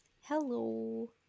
Hello